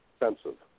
expensive